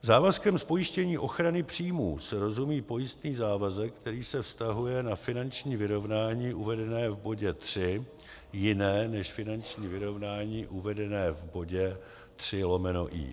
Závazkem z pojištění ochrany příjmů se rozumí pojistný závazek, který se vztahuje na finanční vyrovnání uvedené v bodě 3 jiné než finanční vyrovnání uvedené v bodě 3/i.